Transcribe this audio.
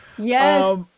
Yes